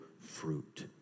fruit